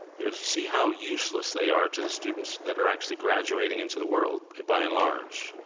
you see how useless they are to the students that are actually graduating into the world by and large.